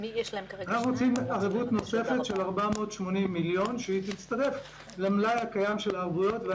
אנחנו רוצים ערבות נוספת של 480 מיליון שתצטרף למלאי הקיים של הערבויות.